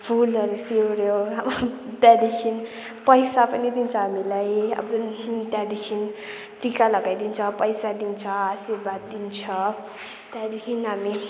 फुलहरू सिउरियो अब त्यहाँदेखि पैसा पनि दिन्छ हामीलाई अब त्यहाँदेखि टिका लगाइदिन्छ पैसा दिन्छ आशीर्वाद दिन्छ त्यहाँदेखि हामी